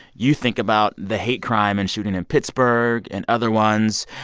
you think about the hate crime and shooting in pittsburgh and other ones.